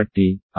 0 kWగా వస్తుంది